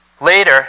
Later